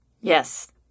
Yes